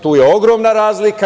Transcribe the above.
Tu je ogromna razlika.